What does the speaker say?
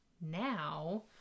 now